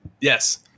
Yes